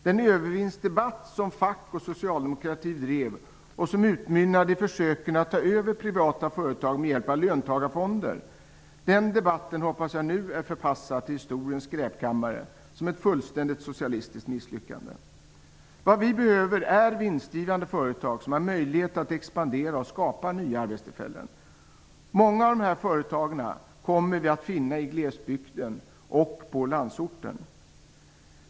Den övervinstdebatt som fack och socialdemokrati drev och som utmynnade i försöken att ta över privata företag med hjälp av löntagarfonder, hoppas jag nu är förpassad till historiens skräpkammare, som ett fullständigt socialistiskt misslyckande, Vad vi behöver är vinstgivande företag som har möjlighet att expandera och skapa nya arbetstillfällen. Många av dessa företag kommer vi att finna i glesbygden och på landsorten.